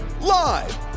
live